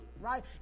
right